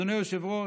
אדוני היושב-ראש,